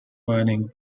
burning